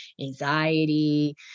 anxiety